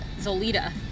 Zolita